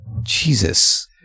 Jesus